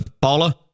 Paula